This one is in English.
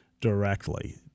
directly